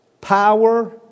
power